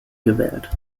gewählt